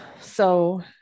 so-